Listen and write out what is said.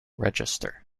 register